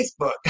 Facebook